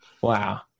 Wow